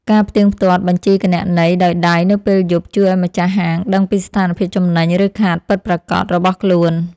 ការផ្ទៀងផ្ទាត់បញ្ជីគណនេយ្យដោយដៃនៅពេលយប់ជួយឱ្យម្ចាស់ហាងដឹងពីស្ថានភាពចំណេញ ឬខាតពិតប្រាកដរបស់ខ្លួន។